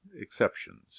exceptions